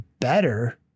better